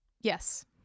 Yes